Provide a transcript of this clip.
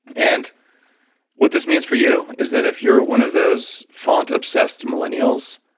and what this means for you is that if you're one of those font-obsessed millennials,